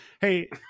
hey